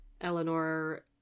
Eleanor